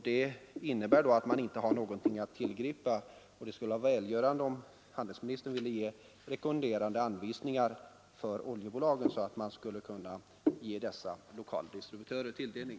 Det innebär att man inte har någonting att tillgripa. Det skulle vara välgörande om handelsministern ville ge rekommenderande anvisningar för oljebolagen så att man kunde lämna dessa lokala distributörer tilldelning.